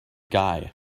guy